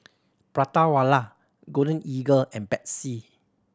Prata Wala Golden Eagle and Betsy